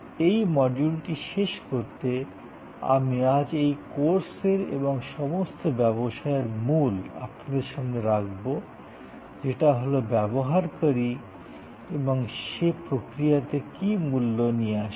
এই মডিউলটি শেষ করতে আমি আজ এই কোর্সের এবং সমস্ত ব্যবসায়ের মূল আপনাদের সামনে রাখবো যেটা হলো ব্যবহারকারী এবং সে প্রক্রিয়াতে কী মূল্য নিয়ে আসবে